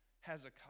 Hezekiah